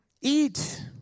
eat